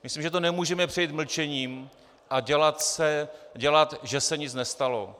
Myslím si, že to nemůžeme přejít mlčením a dělat, že se nic nestalo.